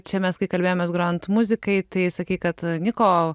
čia mes kai kalbėjomės grojant muzikai tai sakei kad niko